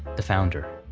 the founder.